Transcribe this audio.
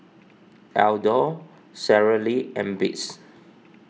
Aldo Sara Lee and Beats